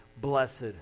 blessed